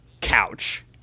couch